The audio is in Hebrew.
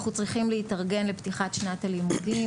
אנחנו צריכים להתארגן לפתיחת שנת הלימודים,